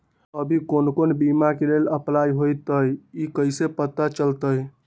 अभी कौन कौन बीमा के लेल अपलाइ होईत हई ई कईसे पता चलतई?